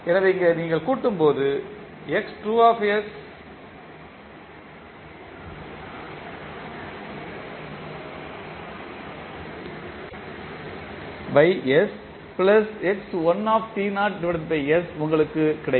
எனவே இங்கே நீங்கள் கூட்டும்போது உங்களுக்கு கிடைக்கும்